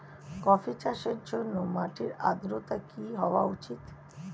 Coffee চাষের জন্য মাটির আর্দ্রতা কি হওয়া উচিৎ?